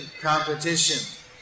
competition